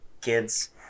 kids